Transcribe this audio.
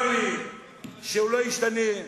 צר לי שהוא לא השתנה.